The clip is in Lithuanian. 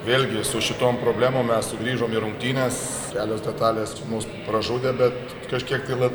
vėlgi su šitom problemom mes sugrįžom į rungtynes kelios detalės mus pražudė bet kažkiek tai